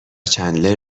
چندلر